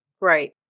Right